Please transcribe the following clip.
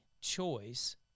choice